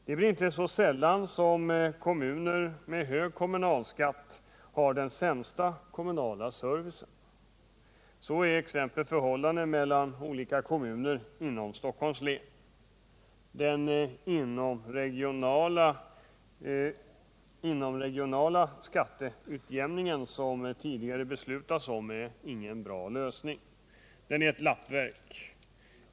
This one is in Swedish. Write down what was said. Det blir inte så sällan som kommuner med hög kommunalskatt har den sämsta kommunala servicen. Så är exempelvis förhållandet mellan kommuner inom Stockholms län. Den inomregionala skatteutjämning som tidigare beslutats om är ingen bra lösning. Den är ett lappverk.